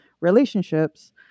relationships